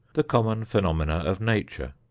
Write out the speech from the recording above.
the common phenomena of nature,